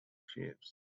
shapes